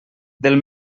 del